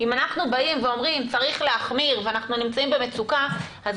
אם אנחנו אומרים שצריך להחמיר ושאנחנו נמצאים במצוקה אז